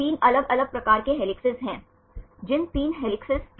तो और विभिन्न अन्य मापदंडों